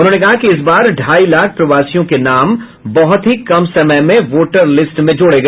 उन्होंने कहा कि इस बार ढ़ाई लाख प्रवासियों के नाम बहुत ही कम समय में वोटर लिस्ट में जोड़ा गया